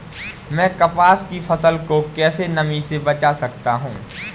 मैं कपास की फसल को कैसे नमी से बचा सकता हूँ?